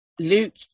Luke